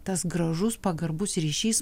tas gražus pagarbus ryšys